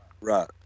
Right